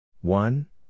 One